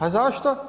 A zašto?